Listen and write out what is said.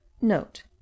Note